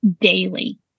daily